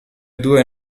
due